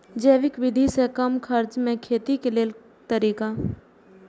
जैविक विधि से कम खर्चा में खेती के लेल तरीका?